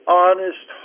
honest